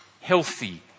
healthy